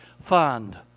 fund